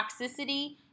toxicity